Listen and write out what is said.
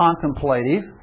contemplative